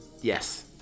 Yes